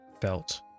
felt